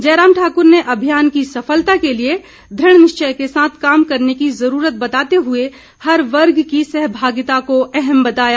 जयराम ठाकुर ने अभियान की सफलता के लिए दृढ़ निश्चय के साथ काम करने की जरूरत बताते हुए हर वर्ग की सहभागिता को अहम बताया